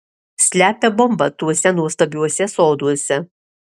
slepia bombą tuose nuostabiuose soduose